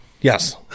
Yes